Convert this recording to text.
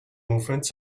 movements